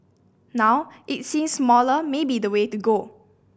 now it seems smaller may be the way to go